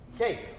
Okay